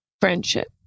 Friendship